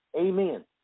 Amen